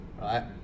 right